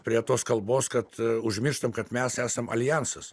prie tos kalbos kad užmirštam kad mes esam aljansas